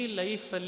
life